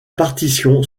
partition